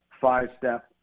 five-step